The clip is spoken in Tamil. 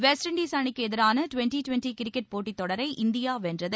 வெஸ்ட் இன்டிஸ் அணிக்கு எதிரான டுவென்டி டுவென்டி கிரிக்கெட் போட்டி தொடரை இந்தியா வென்றது